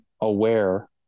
aware